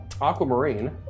Aquamarine